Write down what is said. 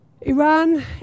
Iran